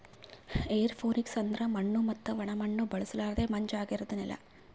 aeroponics ಅಂದುರ್ ಮಣ್ಣು ಮತ್ತ ಒಣ ಮಣ್ಣ ಬಳುಸಲರ್ದೆ ಮಂಜ ಆಗಿರದ್ ನೆಲ